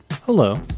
Hello